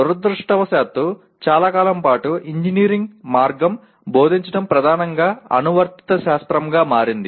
దురదృష్టవశాత్తు చాలా కాలం పాటు ఇంజనీరింగ్ మార్గం బోధించటం ప్రధానంగా అనువర్తిత శాస్త్రంగా మారింది